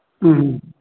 ꯎꯝ